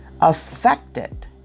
affected